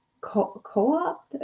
co-op